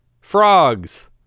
Frogs